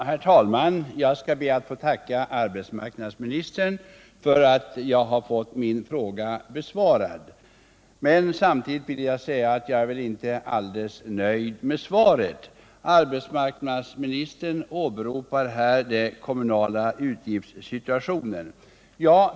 Herr talman! Jag ber att få tacka arbetsmarknadsministern för att jag har fått min fråga besvarad. Men samtidigt vill jag säga att jag inte är helt nöjd med svaret. Arbetsmarknadsministern åberopar den kommunala utgiftssituationen.